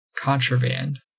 Contraband